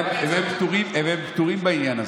הם פטורים בעניין הזה.